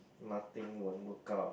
nothing won't work out